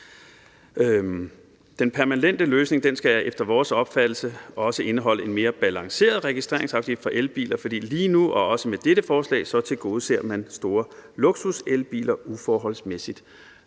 Den permanente løsning skal efter vores opfattelse også indeholde en mere balanceret registreringsafgift for elbiler, fordi man lige nu, og også med dette forslag, tilgodeser store luksuselbiler uforholdsmæssigt